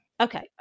Okay